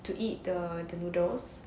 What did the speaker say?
to eat the the noodles